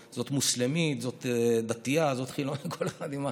זאת מוסלמית, זאת דתייה, זאת חילונית.